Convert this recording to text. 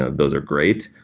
ah those are great,